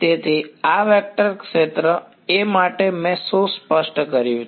તેથી આ વેક્ટર ક્ષેત્ર A માટે મેં શું સ્પષ્ટ કર્યું છે